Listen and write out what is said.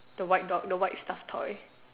the white dog the white stuff toy